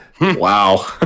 Wow